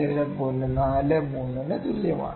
43 ന് തുല്യമാണ്